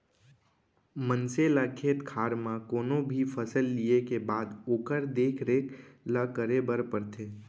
मनसे ल खेत खार म कोनो भी फसल लिये के बाद ओकर देख रेख ल करे बर परथे